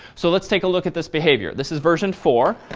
so let's take a look at this behavior. this is version four.